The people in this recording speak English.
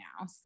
now